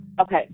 okay